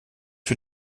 für